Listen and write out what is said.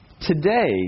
Today